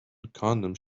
condoms